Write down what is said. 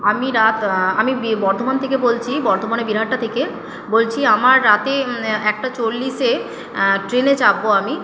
আমি রাত আমি বর্ধমান থেকে বলছি বর্ধমানের বীরাহাটা থেকে বলছি আমার রাতে একটা চল্লিশে ট্রেনে চাপব আমি